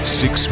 six